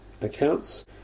Accounts